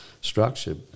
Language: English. structure